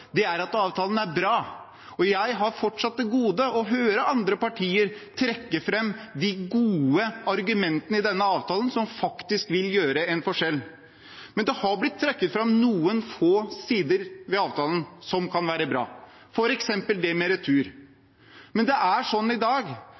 avtale – at avtalen er bra. Jeg har fortsatt til gode å høre andre partier trekke fram de gode argumentene i denne avtalen som faktisk vil gjøre en forskjell. Det har blitt trukket fram noen få sider ved avtalen som kan være bra, f.eks. det med retur.